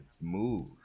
move